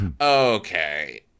Okay